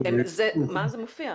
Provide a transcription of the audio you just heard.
זה מופיע.